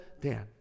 Dan